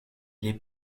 les